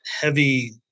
heavy